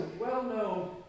well-known